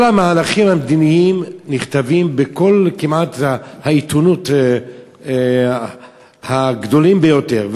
כל המהלכים המדיניים נכתבים כמעט בכל העיתונים הגדולים ביותר,